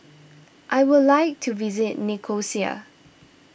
I would like to visit Nicosia